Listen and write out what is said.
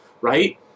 right